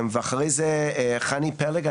ואחרי זה חני פלג.